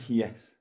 yes